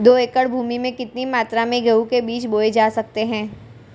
दो एकड़ भूमि में कितनी मात्रा में गेहूँ के बीज बोये जा सकते हैं?